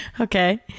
Okay